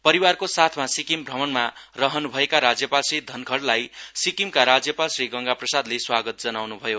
परिवारको साथमा सिक्किम भ्रमणमा रहन् भएका राज्यपाल श्री धनखडलाई सिक्किमका राज्यपाल श्री गंगा प्रसादले स्वागत जनाउनु भयो